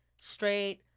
straight